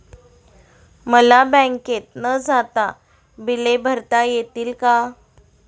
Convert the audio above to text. मला बँकेत न जाता बिले भरता येतील का?